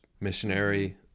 missionary